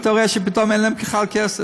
אתה רואה שפתאום אין להם בכלל כסף,